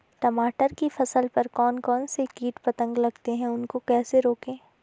टमाटर की फसल पर कौन कौन से कीट पतंग लगते हैं उनको कैसे रोकें?